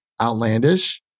outlandish